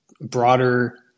broader